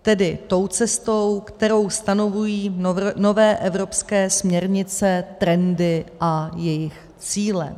Tedy tou cestou, kterou stanovují nové evropské směrnice, trendy a jejich cíle.